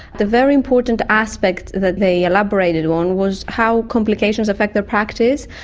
the very important aspect that they elaborated on was how complications affect their practice.